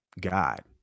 god